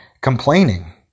complaining